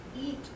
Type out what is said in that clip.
eat